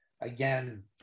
Again